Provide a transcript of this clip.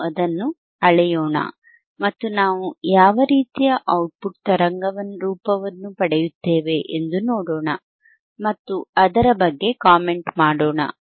ನಾವು ಅದನ್ನು ಅಳೆಯೋಣ ಮತ್ತು ನಾವು ಯಾವ ರೀತಿಯ ಔಟ್ಪುಟ್ ತರಂಗರೂಪವನ್ನು ಪಡೆಯುತ್ತೇವೆ ಎಂದು ನೋಡೋಣ ಮತ್ತು ಅದರ ಬಗ್ಗೆ ಕಾಮೆಂಟ್ ಮಾಡೋಣ